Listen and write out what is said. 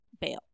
bail